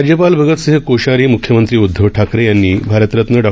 राज्यपाल भगत सिंह कोश्यारी मुख्यमंत्री उदधव ठाकरे यांनी भारतरत्न डॉ